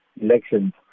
elections